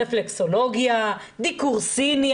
רפלקסולוגיה, דיקור סיני.